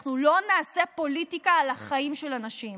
אנחנו לא נעשה פוליטיקה על החיים של אנשים.